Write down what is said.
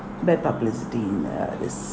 bad publicity in the it's